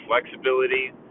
flexibility